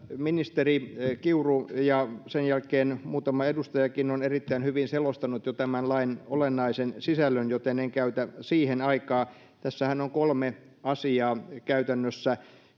ministeri kiuru ja sen jälkeen muutama edustajakin ovat erittäin hyvin jo selostaneet tämän lain olennaisen sisällön joten en käytä siihen aikaa tässähän on käytännössä kolme asiaa